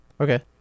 Okay